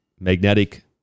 Magnetic